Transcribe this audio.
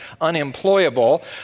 unemployable